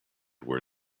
were